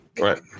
Right